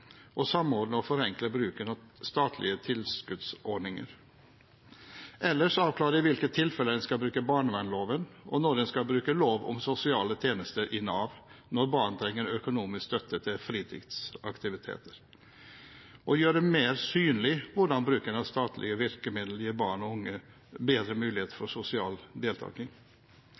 unge samordne og forenkle bruken av statlige tilskuddsordninger avklare i hvilke tilfeller en skal bruke barnevernloven, og når en skal bruke lov om sosiale tjenester i Nav, når barn trenger økonomisk støtte til fritidsaktiviteter gjøre mer synlig hvordan bruken av statlige virkemidler gir barn og unge bedre muligheter for sosial deltaking